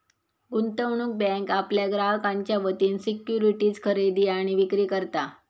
गुंतवणूक बँक आपल्या ग्राहकांच्या वतीन सिक्युरिटीज खरेदी आणि विक्री करता